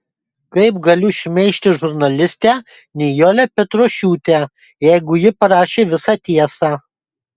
kaip galiu šmeižti žurnalistę nijolę petrošiūtę jeigu ji parašė visą tiesą